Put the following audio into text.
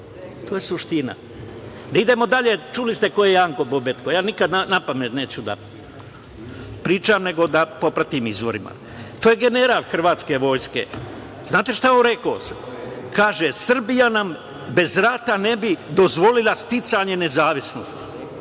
To je suština. Da idemo dalje. Čuli ste ko je Janko Bobetko. Nikada napamet neću da pričam, nego da propratim izvorima. To je general hrvatske vojske. Znate li šta je on rekao? Kaže: „Srbija nam bez rata ne bi dozvolila sticanje nezavisnosti.“